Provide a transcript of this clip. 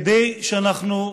כדי שאנחנו,